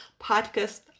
podcast